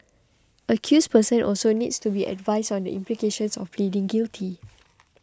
accused persons also needs to be advised on the implications of pleading guilty